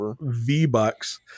V-Bucks